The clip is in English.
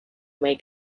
may